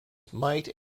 mite